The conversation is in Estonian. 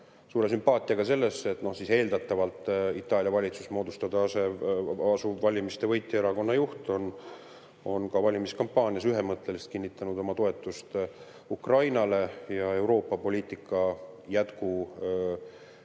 suure sümpaatiaga sellesse, et eeldatavalt Itaalia valitsust moodustama asuv valimised võitnud erakonna juht on valimiskampaanias ühemõtteliselt kinnitanud oma toetust Ukrainale ja Euroopa poliitika jätkuvusele